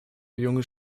junge